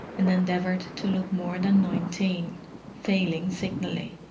and endeavoured to look more than nineteen failing signally.